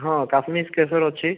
ହଁ କାଶ୍ମୀର କେଶର ଅଛି